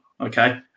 Okay